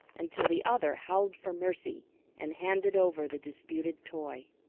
until the other howled for mercy and handed over the disputed toy.